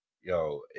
Yo